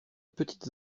petites